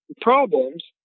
problems